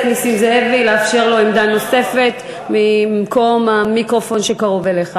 נסים זאבי לאפשר לו עמדה נוספת ממקום המיקרופון שקרוב אליך.